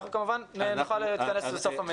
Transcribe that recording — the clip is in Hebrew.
אנחנו כמובן נוכל להתכנס בסוף המליאה.